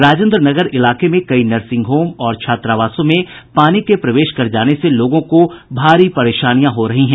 राजेंद्र नगर इलाके में कई नर्सिंग होम छात्रावासों में पानी प्रवेश कर जाने से लोगों को भारी परेशानी हो रही है